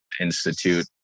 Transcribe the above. Institute